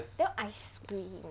that [one] ice cream